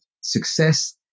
success